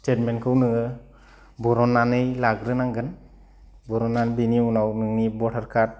स्टेटमेन्टखौ नोङो बरननानै लाग्रो नांगोन बरनानै बिनि उनाव नोंनि भटार कार्ड